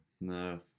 No